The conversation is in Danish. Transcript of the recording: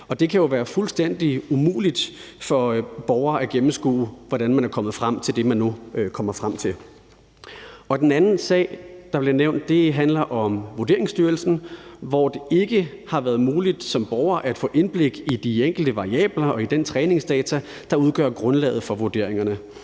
fuldstændig umuligt for borgere at gennemskue, hvordan man er kommet frem til det, man nu kommer frem til. Den anden sag, der bliver nævnt, handler om Vurderingsstyrelsen, hvor det ikke har været muligt som borger at få indblik i de enkelte variabler og den træningsdata, der udgør grundlaget for ejendomsvurderingerne.